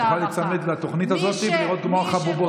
את יכולה להיצמד לתוכנית הזאת ולראות כמו החבובות,